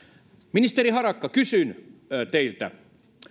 ministeri harakka kysyn teiltä